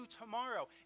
tomorrow